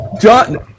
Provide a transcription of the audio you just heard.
John